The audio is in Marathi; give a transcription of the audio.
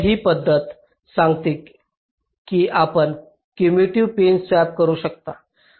तर ही पद्धत सांगते की आपण कम्युटिव पिन स्वॅप करू शकता